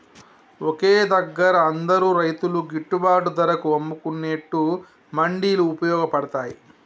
ఒకే దగ్గర అందరు రైతులు గిట్టుబాటు ధరకు అమ్ముకునేట్టు మండీలు వుపయోగ పడ్తాయ్